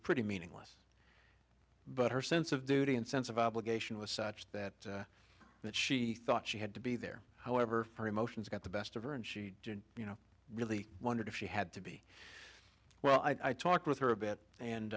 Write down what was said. pretty meaningless but her sense of duty and sense of obligation was such that that she thought she had to be there however her emotions got the best of her and she didn't you know really wondered if she had to be well i talked with her a bit and